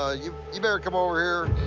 ah you you better come over here.